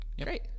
Great